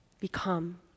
become